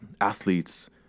athletes